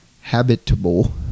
habitable